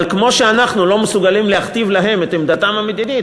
אבל כמו שאנחנו לא מסוגלים להכתיב להם את עמדתם המדינית,